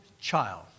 child